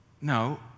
no